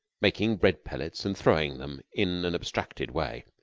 making bread-pellets and throwing them in an abstracted way,